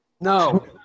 no